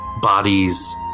bodies